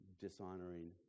dishonoring